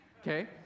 okay